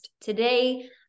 Today